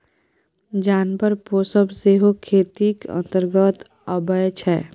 जानबर पोसब सेहो खेतीक अंतर्गते अबै छै